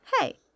Hey